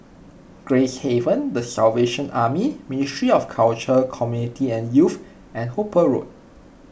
Gracehaven the Salvation Army Ministry of Culture Community and Youth and Hooper Road